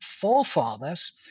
forefathers